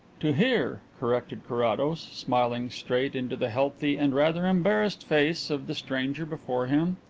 to hear, corrected carrados, smiling straight into the healthy and rather embarrassed face of the stranger before him.